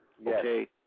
Okay